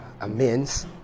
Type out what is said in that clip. amends